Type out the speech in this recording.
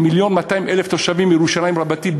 מיליון ו-200,000 תושבים בירושלים רבתי,